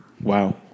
Wow